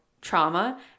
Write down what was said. trauma